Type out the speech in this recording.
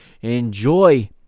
Enjoy